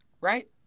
right